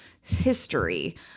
history